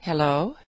Hello